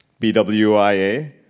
BWIA